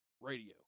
radio